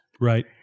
Right